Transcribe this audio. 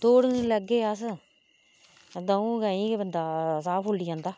दौड़ नी लाहगे अस दौं गैईं गै बंदा साह् फुल्ली जंदा